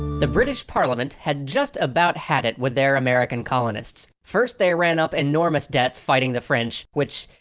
the british parliament had just about had it with their american colonists. first they ran up enormous debts fighting the french, which.